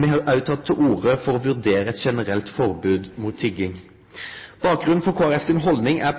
Me har òg teke til orde for å vurdere eit generelt forbod mot tigging. Bakgrunnen for Kristeleg Folkeparti si haldning er